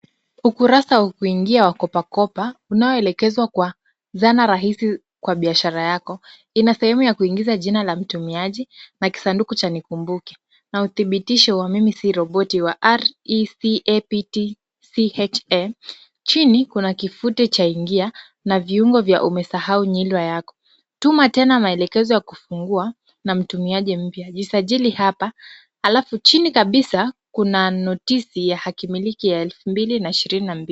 Ukurasa wa kuingia wa Kopakopa, unaelekezwa kwa zana rahisi kwa biashara yako. Ina sehemu ya kuingiza jina la mtumiaji na kisanduku cha “nikumbuke” na uthibitisho wa mimi si roboti wa RECAPTCHA . Chini, kuna kitufe cha “ingia” na viungo vya “umesahau nyundo yako.” Tuma tena maelekezo ya kufungua na mtumiaji mpya jisajili hapa. Alafu chini kabisa kuna notisi ya hakimiliki ya 2022.